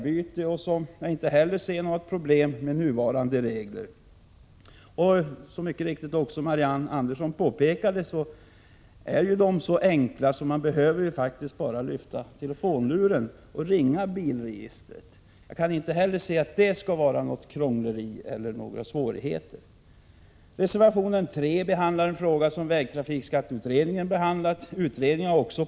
Inte heller på den punkten ser jag några problem med nuvarande regler. Som Marianne Andersson mycket riktigt påpekade är reglerna så enkla att man faktiskt bara behöver lyfta telefonluren och ringa bilregistret. Jag kan inte se att detta skulle innebära något krångel eller några svårigheter. I reservation 3 tar man upp en fråga som vägtrafikskatteutredningen har behandlat, nämligen frågan om restavgift för fordonsskatt.